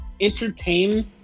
entertain